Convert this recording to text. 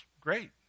great